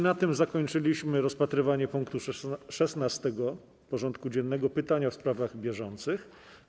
Na tym zakończyliśmy rozpatrywanie punktu 16. porządku dziennego: Pytania w sprawach bieżących.